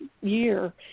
year